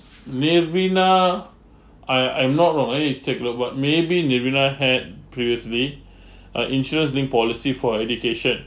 nirvana I I'm not from any interglobe what maybe nirvana had previously uh insurance-linked policy for education